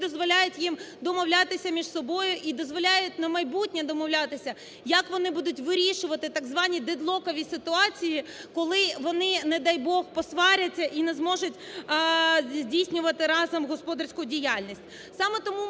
дозволяють їм домовлятися між собою і дозволяють на майбутнє домовлятися, як вони будуть вирішувати так звані дедлокові ситуації, коли вони, не дай Бог, посваряться і не зможуть здійснювати разом господарську діяльність.